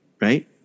right